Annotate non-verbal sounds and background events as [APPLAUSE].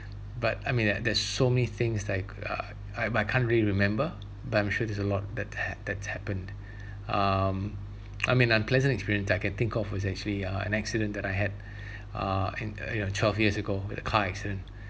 [BREATH] but I mean there there's so many things like uh I I can't really remember but I'm sure there's a lot that hap~ that's happened [BREATH] um [NOISE] I mean unpleasant experience I can think of is actually uh an accident that I had [BREATH] uh and you know twelve years ago with a car accident [BREATH]